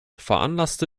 veranlasste